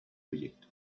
proyecto